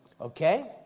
Okay